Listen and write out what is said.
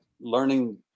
learning